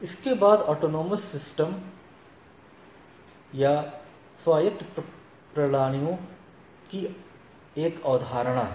इसके बाद ऑटोनोमस सिस्टम्सस्वायत्त प्रणालियों की एक अवधारणा है